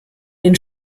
den